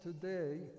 today